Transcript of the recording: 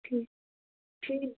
ٹھیٖک ٹھیٖک